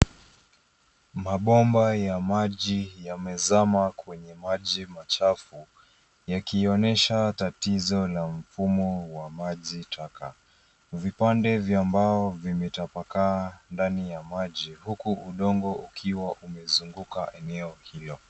Mabomba ya maji yamezama kwenye maji machafu yakionyesha tatizo la mfumo wa majitaka. Vipande vya mbao vimetapakaa ndani ya maji huku udongo ukiwa umezunguka eneo hilo.